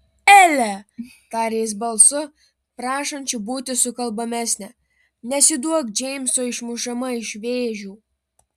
ele tarė jis balsu prašančiu būti sukalbamesnę nesiduok džeimso išmušama iš vėžių